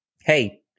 Hey